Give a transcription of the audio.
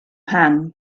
pan